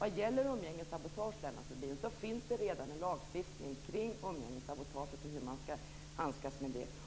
När det gäller umgängessabotage, Lennart Rohdin, finns det redan en lagstiftning kring det och hur man skall handskas med detta.